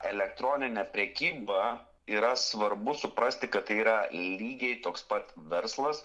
elektroninė prekyba yra svarbu suprasti kad tai yra lygiai toks pat verslas